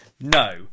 No